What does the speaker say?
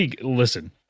listen